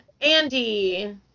Andy